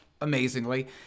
amazingly